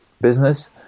business